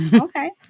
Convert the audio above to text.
okay